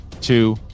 two